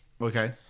Okay